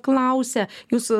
klausia jūs